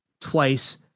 twice